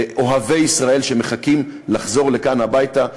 אוהבי ישראל שמחכים לחזור לכאן, הביתה.